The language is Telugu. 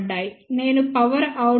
నేను పవర్ అవుట్ పుట్ 18